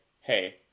hey